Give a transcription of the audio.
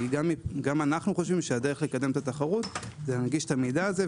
גם אנחנו חושבים שהדרך לקדם את התחרות היא להנגיש את המידע הזה,